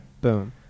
Boom